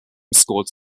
scored